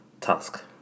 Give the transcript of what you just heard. task